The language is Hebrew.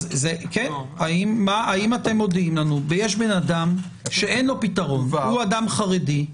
יש בן אדם שאין לו פתרון, הוא אדם חרדי,